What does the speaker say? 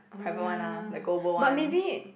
orh ya but maybe